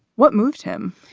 what moved him?